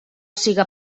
siga